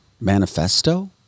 manifesto